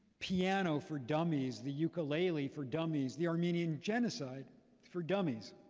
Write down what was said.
piano for dummies, the ukulele for dummies, the armenian genocide for dummies.